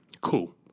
Cool